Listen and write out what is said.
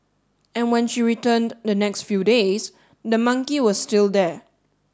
and when she returned the next few days the monkey was still there